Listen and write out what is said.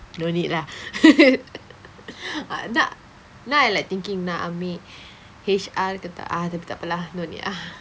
no need lah ah no~ now I'm like thinking nak ambil H_R ke tak ah tapi tak apa lah no need ah